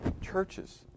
Churches